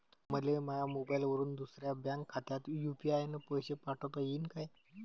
मले माह्या मोबाईलवरून दुसऱ्या बँक खात्यात यू.पी.आय न पैसे पाठोता येईन काय?